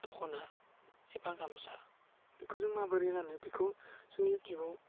दख'ना एबा गामसा बेखौ जों माबोरै गानो बेखौ जों इउथुबाव